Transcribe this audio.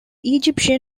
egyptian